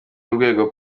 w’urwego